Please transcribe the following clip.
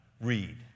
read